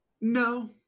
No